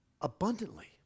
abundantly